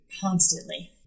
constantly